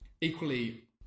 equally